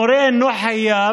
המורה אינו חייב,